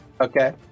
Okay